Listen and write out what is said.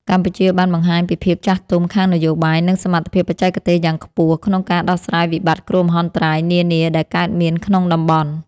កម្ពុជាបានបង្ហាញពីភាពចាស់ទុំខាងនយោបាយ និងសមត្ថភាពបច្ចេកទេសយ៉ាងខ្ពស់ ក្នុងការដោះស្រាយវិបត្តិគ្រោះមហន្តរាយនានាដែលកើតមានក្នុងតំបន់។